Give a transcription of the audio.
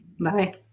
Bye